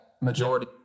majority